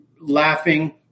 laughing